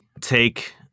take